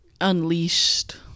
unleashed